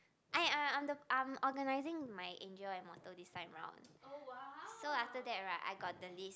I I I'm the I'm organising my angel and motto this time round so after that right I got the list